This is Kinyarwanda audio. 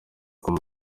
kwa